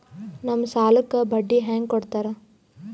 ನಮ್ ಸಾಲಕ್ ಬಡ್ಡಿ ಹ್ಯಾಂಗ ಕೊಡ್ತಾರ?